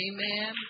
Amen